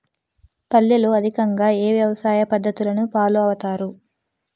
పల్లెల్లో అధికంగా ఏ వ్యవసాయ పద్ధతులను ఫాలో అవతారు?